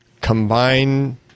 combine